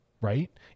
right